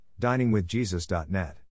diningwithjesus.net